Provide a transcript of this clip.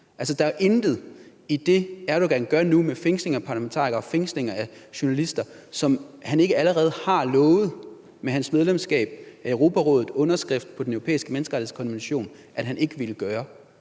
Der er intet i det, Erdogan gør nu med fængslinger af parlamentarikere og fængslinger af journalister, som han ikke allerede har lovet med sit medlemskab af Europarådet og sin underskrift på den europæiske menneskerettighedskonvention at han ikke ville gøre.